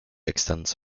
extends